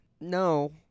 No